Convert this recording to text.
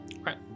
Right